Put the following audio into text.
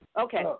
Okay